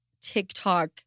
TikTok